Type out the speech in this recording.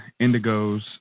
indigos